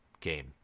game